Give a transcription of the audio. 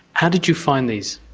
how did you find these?